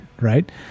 Right